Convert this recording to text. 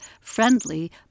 friendly